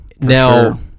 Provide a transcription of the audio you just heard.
now